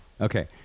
Okay